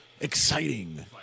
exciting